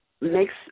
makes